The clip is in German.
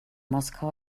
moskau